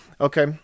Okay